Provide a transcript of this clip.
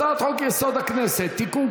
הצעת חוק-יסוד: הכנסת (תיקון,